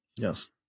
Yes